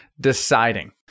deciding